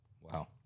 Wow